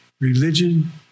religion